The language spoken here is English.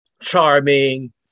charming